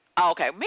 Okay